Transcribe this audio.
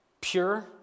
pure